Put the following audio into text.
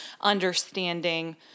understanding